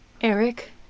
Eric